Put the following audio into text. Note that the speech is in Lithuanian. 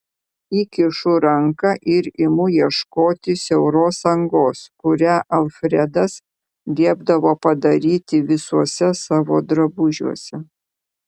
įkišu ranką ir imu ieškoti siauros angos kurią alfredas liepdavo padaryti visuose savo drabužiuose